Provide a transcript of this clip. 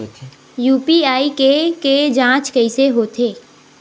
UPI के के जांच कइसे होथे?